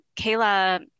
Kayla